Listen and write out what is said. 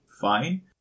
fine